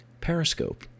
Periscope